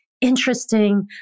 interesting